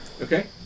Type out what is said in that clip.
Okay